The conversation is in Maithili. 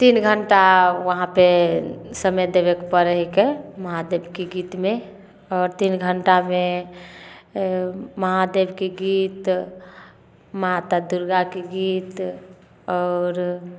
तीन घण्टा वहाँपर समय देबेके पड़ै हइके महादेवके गीतमे आओर तीन घण्टामे महादेवके गीत माता दुर्गाके गीत आओर